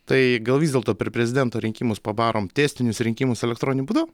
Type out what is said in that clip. tai gal vis dėlto per prezidento rinkimus padarome testinius rinkimus elektroniniu būdu